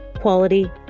quality